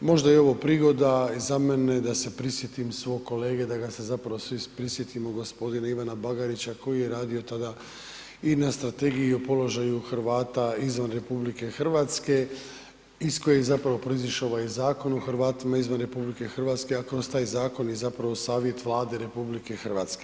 Možda je ovo prigoda za mene da se prisjetim svog kolege, da ga se zapravo svi prisjetimo, g. Ivana Bagarića koji je radio tada i na strategiji o položaju Hrvata izvan RH iz kojih je zapravo proizišao ovaj Zakon o Hrvatima izvan RH, a kroz taj zakon i zapravo Savjet Vlade RH.